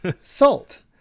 Salt